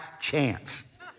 chance